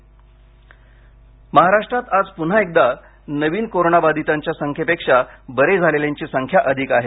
Maharashtra corona महाराष्ट्रात आज पुन्हा एकदा नवीन कोरोना बाधितांच्यासंख्येपेक्षा बरे झालेल्यांची संख्या अधिक आहे